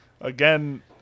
Again